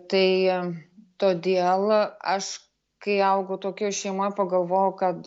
tai todėl aš kai augau tokioj šeimoj pagalvojau kad